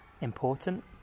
important